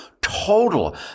total